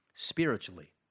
Spiritually